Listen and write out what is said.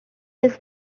his